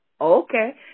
okay